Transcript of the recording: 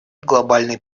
глобальной